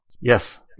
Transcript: Yes